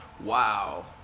Wow